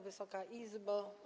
Wysoka Izbo!